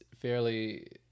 fairly